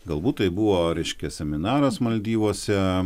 galbūt tai buvo reiškia seminaras maldyvuose